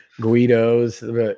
Guidos